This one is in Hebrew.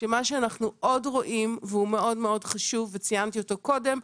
כשמה שאנחנו עוד רואים והוא מאוד חשוב וציינתי אותו קודם,